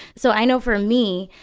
so i know, for me,